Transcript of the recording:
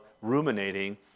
ruminating